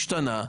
השתנה,